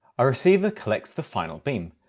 a receiver collects the final beam,